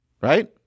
Right